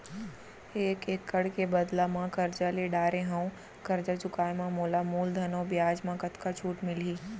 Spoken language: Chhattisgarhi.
एक एक्कड़ के बदला म करजा ले डारे हव, करजा चुकाए म मोला मूलधन अऊ बियाज म कतका छूट मिलही?